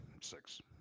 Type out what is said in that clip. Six